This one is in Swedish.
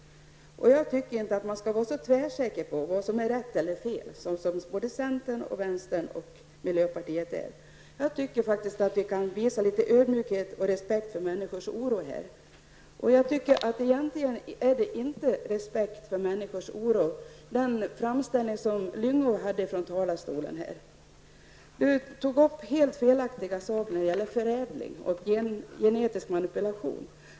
Jag tycker inte att det är bra att vara så tvärsäker på vad som är rätt och fel som ni i centern, vänsterpartiet och miljöpartiet är. Vi borde faktiskt visa litet ödmjukhet och respekt för människors oro i detta sammanhang. Egentligen tyder inte Gösta Lyngås framställning här i talarstolen på att han hyser respekt för människors oro. Gösta Lyngå tog upp helt felaktiga saker när det gäller förädling och genetisk manipulation.